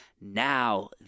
Now